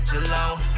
alone